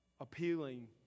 appealing